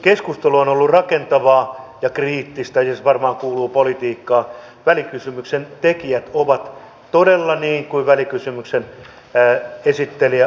puolustusvoimat on joutunut aikaisemmin merkittävien leikkausten kohteeksi ja tämä kehitys on uhannut meidän puolustusvalmiuttamme ja on vienyt sitä aivan väärään suuntaan